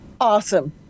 awesome